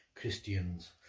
Christians